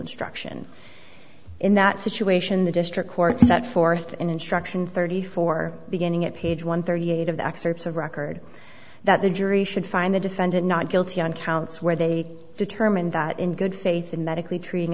instruction in that situation the district court set forth an instruction thirty four beginning at page one thirty eight of the excerpts of record that the jury should find the defendant not guilty on counts where they determined that in good faith in medically treating